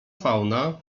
fauna